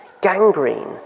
Gangrene